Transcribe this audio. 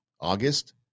August